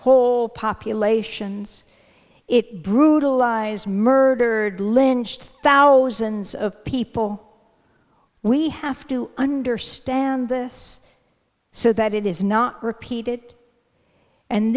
whole populations it brutalized murdered lynched thousands of people we have to understand this so that it is not repeated and